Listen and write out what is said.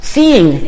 Seeing